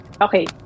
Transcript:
Okay